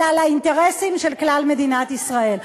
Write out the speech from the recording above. אלא על האינטרסים של כלל מדינת ישראל.